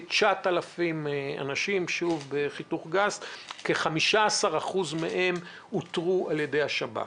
כ-9,000 אנשים; כ-15% מהם אותרו על ידי השב"כ.